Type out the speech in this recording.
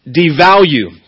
devalue